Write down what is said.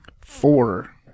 Four